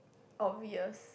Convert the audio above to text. obvious